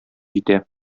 җитә